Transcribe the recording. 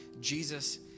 Jesus